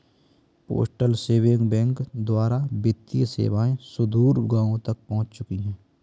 postal saving bank द्वारा वित्तीय सेवाएं सुदूर गाँवों तक पहुंच चुकी हैं